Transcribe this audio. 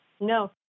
No